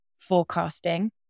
forecasting